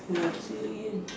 nah say again